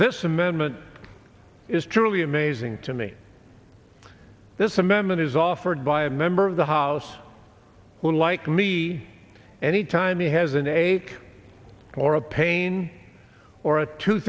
this amendment is truly amazing to me this amendment is offered by a member of the house when like me any time he has an aig or a pain or a too